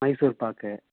Mysore pak